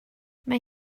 mae